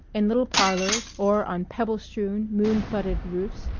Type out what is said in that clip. in little parlors or on pebble-strewn, moon-flooded roofs,